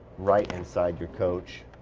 right inside your coach,